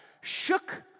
shook